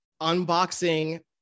unboxing